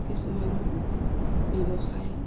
কিছুমান ব্যৱসায়